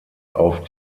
auf